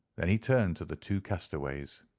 then he turned to the two castaways.